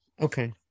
Okay